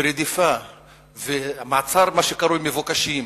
ורדיפה ומעצר מה שקרוי מבוקשים,